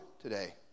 today